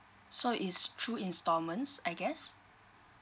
so is through installments I guess